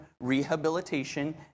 rehabilitation